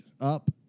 up